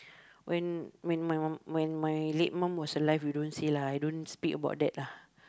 when when my~ when my late mom was alive we don't say lah I don't speak about that lah